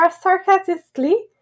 sarcastically